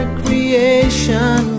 creation